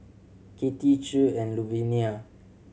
Katia Che and Louvenia